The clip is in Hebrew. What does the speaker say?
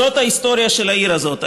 זאת ההיסטוריה של העיר הזאת.